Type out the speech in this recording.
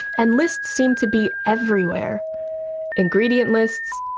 and lists seem to be everywhere ingredient lists,